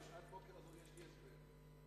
יש לי הסבר.